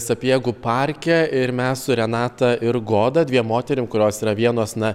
sapiegų parke ir mes su renata ir goda dviem moterim kurios yra vienos na